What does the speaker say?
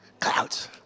Clouds